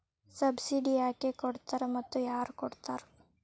Subsidy ಯಾಕೆ ಕೊಡ್ತಾರ ಮತ್ತು ಯಾರ್ ಕೊಡ್ತಾರ್?